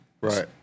Right